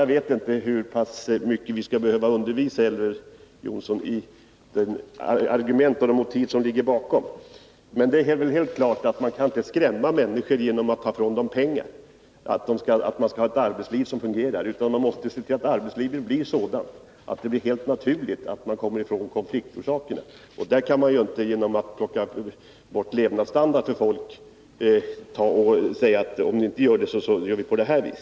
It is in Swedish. Jag vet inte hur pass mycket vi skall behöva undervisa Elver Jonsson om de argument och motiv som ligger bakom. Men det är helt klart att man inte kan skrämma människor genom att ta ifrån dem pengar och säga att det är nödvändigt för att få ett arbetsliv som fungerar. Man måste se till att arbetslivet blir sådant att det är helt naturligt att få bort konfliktorsakerna. Man kan inte sänka levnadsstandarden för folk och säga, att om ni inte går med på detta så tillämpar vi den här regeln.